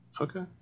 Okay